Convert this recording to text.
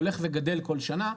הולך וגדל כל שנה,